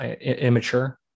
immature